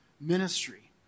ministry